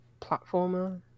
platformer